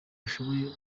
ashoboye